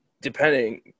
depending